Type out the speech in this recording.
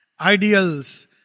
ideals